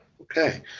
Okay